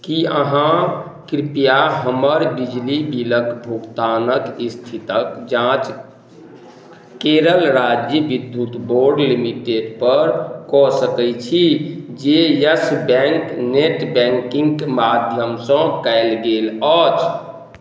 कि अहाँ कृपया हमर बिजली बिलके भुगतानके इस्थितिके जाँच केरल राज्य विद्युत बोर्ड लिमिटेडपर कऽ सकै छी जे यस बैँक नेट बैँकिन्गके माध्यमसँ कएल गेल अछि